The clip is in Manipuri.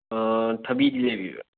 ꯊꯕꯤꯗꯤ ꯂꯩꯕꯤꯕ꯭ꯔꯥ